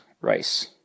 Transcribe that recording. rice